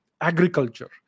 Agriculture